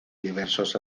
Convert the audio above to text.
diversos